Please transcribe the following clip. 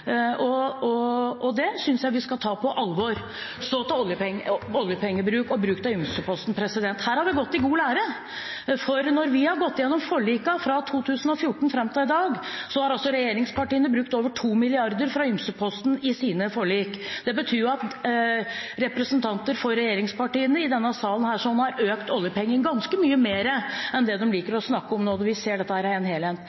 fram budsjettet. Det var det jeg refererte til, og det synes jeg vi skal ta på alvor. Så til oljepengebruk og bruk av ymseposten. Her har vi gått i god lære, for når vi har gått igjennom forlikene fra 2014 og fram til i dag, har regjeringspartiene brukt over 2 mrd. kr fra ymseposten i sine forlik. Det betyr jo at representanter for regjeringspartiene i denne salen har økt oljepengebruken ganske mye mer enn de liker å snakke om når vi ser dette i en helhet.